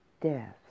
deaths